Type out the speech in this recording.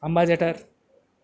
ambassador